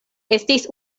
estis